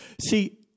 See